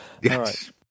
Yes